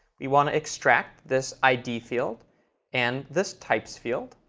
we want to extract this id field and this types field,